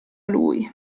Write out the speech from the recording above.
lui